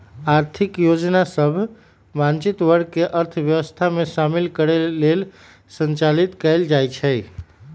आर्थिक योजना सभ वंचित वर्ग के अर्थव्यवस्था में शामिल करे लेल संचालित कएल जाइ छइ